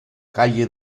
calle